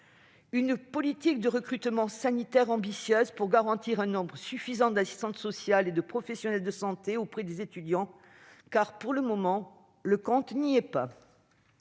une politique de recrutement sanitaire ambitieuse, pour garantir un nombre suffisant d'assistantes sociales et de professionnels de santé auprès des étudiants- pour le moment, le compte n'y est pas